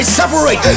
separate